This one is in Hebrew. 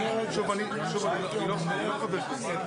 לא ביום של גשם,